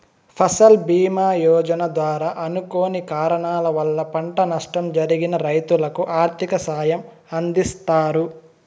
ఫసల్ భీమ యోజన ద్వారా అనుకోని కారణాల వల్ల పంట నష్టం జరిగిన రైతులకు ఆర్థిక సాయం అందిస్తారు